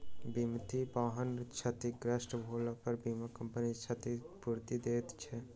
बीमित वाहन क्षतिग्रस्त भेलापर बीमा कम्पनी क्षतिपूर्ति दैत छै